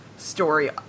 story